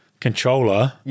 Controller